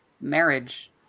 marriage